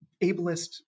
ableist